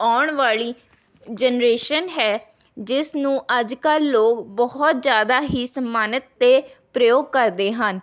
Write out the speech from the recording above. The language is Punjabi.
ਆਉਣ ਵਾਲੀ ਜਨਰੇਸ਼ਨ ਹੈ ਜਿਸ ਨੂੰ ਅੱਜ ਕੱਲ੍ਹ ਲੋਕ ਬਹੁਤ ਜ਼ਿਆਦਾ ਹੀ ਸਨਮਾਨਿਤ ਅਤੇ ਪ੍ਰਯੋਗ ਕਰਦੇ ਹਨ